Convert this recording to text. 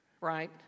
right